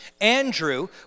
Andrew